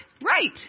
right